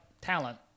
talent